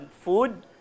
food